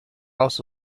also